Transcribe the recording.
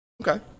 Okay